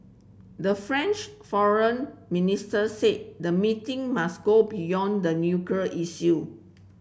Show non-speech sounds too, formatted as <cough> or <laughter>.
the French foreign minister said the meeting must go beyond the <unintelligible> issue